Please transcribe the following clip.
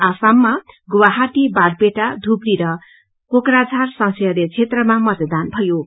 आसामामा गुवाहाटी बारपेटा धुबरी र कोकराझार संसदीय क्षेत्रमा मतदान चनिरहेछ